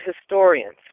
historians